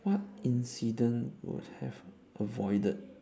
what incident would have avoided